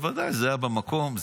שבוודאי זה היה במקום,